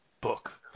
book